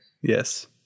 Yes